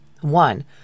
One